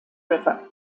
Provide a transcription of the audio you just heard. river